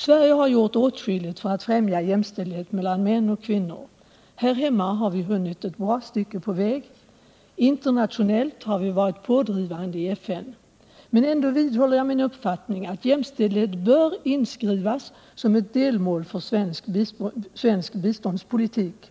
Sverige har gjort åtskilligt för att främja jämställdhet mellan män och kvinnor. Här hemma har vi hunnit ett bra stycke på väg. Internationellt har vi varit pådrivande i FN. Men ändå vidhåller jag min uppfattning att jämställdhet bör inskrivas som ett delmål för svensk biståndspolitik.